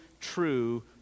true